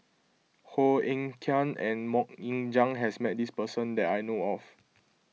Koh Eng Kian and Mok Ying Jang has met this person that I know of